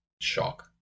shock